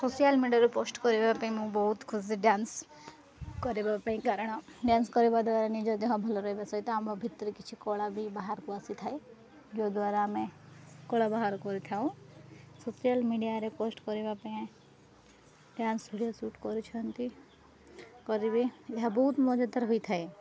social ମିଡ଼ିଆରେ post କରିବା ପାଇଁ ମୁଁ ବହୁତ ଖୁସି ଡ୍ୟାନ୍ସ କରିବା ପାଇଁ କାରଣ ଡ୍ୟାନ୍ସ କରିବା ଦ୍ୱାରା ନିଜ ଦେହ ଭଲ ରହିବା ସହିତ ଆମ ଭିତରେ କିଛି କଳା ବି ବାହାରକୁ ଆସିଥାଏ ଯୋଦ୍ୱାରା ଆମେ କଳା ବାହାର କରିଥାଉ ସୋସିଆଲ୍ ମିଡ଼ିଆରେ ପୋଷ୍ଟ କରିବା ପାଇଁ ଡ୍ୟାନ୍ସ ଭିଡ଼ିଓ ସୁଟ୍ କରୁଛନ୍ତି କରିବି ଏହା ବହୁତ ମଜାଦାର ହୋଇଥାଏ